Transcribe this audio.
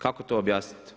Kako to objasniti?